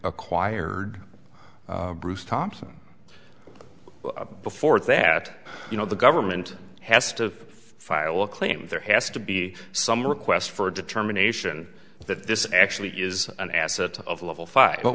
acquired bruce thompson before that you know the government has to file claims there has to be some request for a determination that this actually is an asset of level five but